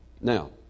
Now